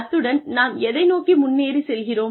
அத்துடன் நாம் எதை நோக்கி முன்னேறிச் செல்கிறோம்